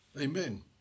Amen